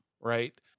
right